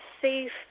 safe